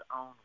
own